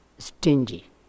stingy